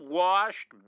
Washed